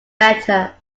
better